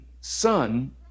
Son